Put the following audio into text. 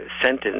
sentence